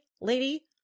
lady